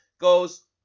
goes